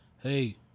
hey